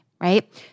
right